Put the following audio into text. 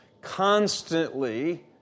constantly